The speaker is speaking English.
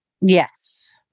Yes